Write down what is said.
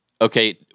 okay